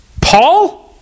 Paul